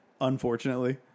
Unfortunately